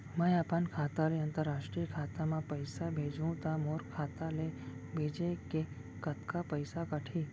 मै ह अपन खाता ले, अंतरराष्ट्रीय खाता मा पइसा भेजहु त मोर खाता ले, भेजे के कतका पइसा कटही?